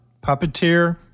puppeteer